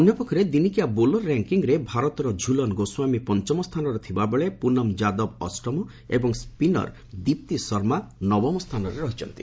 ଅନ୍ୟ ପକ୍ଷରେ ଦିନିକିଆ ବୋଲର ର୍ୟାଙ୍କିଙ୍ଗ୍ରେ ଭାରତର ଝୁଲନ ଗୋସ୍ୱାମୀ ପଞ୍ଚମ ସ୍ଥାନରେ ଥିବାବେଳେ ପୁନମ ଯାଦବ ଅଷ୍ଟମ ଏବଂ ସ୍କିନର ଦୀପ୍ତି ଶର୍ମା ନବମ ସ୍ଥାନରେ ରହିଛନ୍ତି